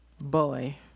Boy